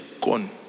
gone